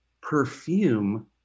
perfume